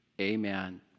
Amen